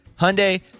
Hyundai